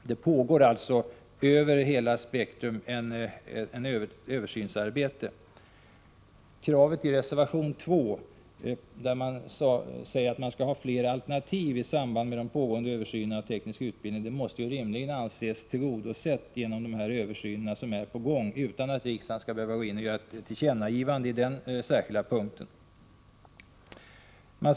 Det pågår alltså över hela spektrumet ett översynsarbete. Kravet på flera alternativ i samband med de pågående översynerna av teknisk utbildning måste ju rimligen anses tillgodosett genom de översyner som nu pågår. Riksdagen behöver därför inte göra ett särskilt tillkännagivande på denna punkt.